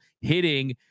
hitting